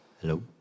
Hello